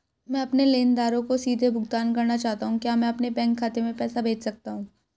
मैं अपने लेनदारों को सीधे भुगतान करना चाहता हूँ क्या मैं अपने बैंक खाते में पैसा भेज सकता हूँ?